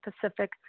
Pacific